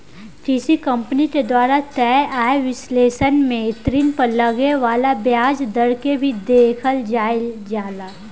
किसी कंपनी के द्वारा तय आय विश्लेषण में ऋण पर लगे वाला ब्याज दर के भी देखल जाइल जाला